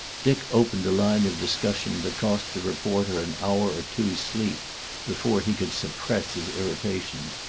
dick opened a line of discussion that cost the reporter an hour or two's sleep before he could suppress his irritation.